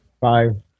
Five